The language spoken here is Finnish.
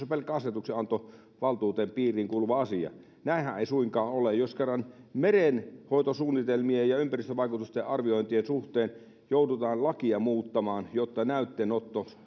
pelkkä asetuksenantovaltuuden piiriin kuuluva asia näinhän ei suinkaan ole jos kerran merenhoitosuunnitelmien ja ympäristövaikutusten arviointien suhteen joudutaan lakia muuttamaan jotta näytteenotto